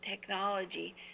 technology